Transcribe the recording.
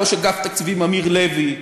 ראש אגף תקציבים אמיר לוי,